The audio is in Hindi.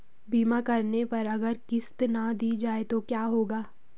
बीमा करने पर अगर किश्त ना दी जाये तो क्या होगा?